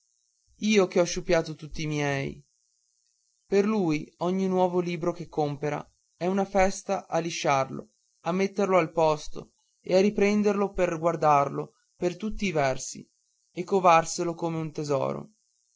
io che ho sciupato tutti i miei per lui ad ogni nuovo libro che compera è una festa a lisciarlo a metterlo al posto e a riprenderlo per guardarlo per tutti i versi e a covarselo come un tesoro